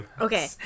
okay